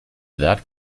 that